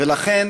ולכן